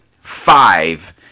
five